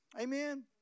Amen